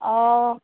অঁ